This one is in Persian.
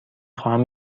خواهم